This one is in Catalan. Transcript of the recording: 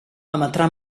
emetrà